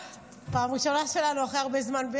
פעם ראשונה שלנו ביחד אחרי הרבה זמן.